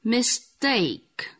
Mistake